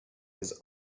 his